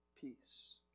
peace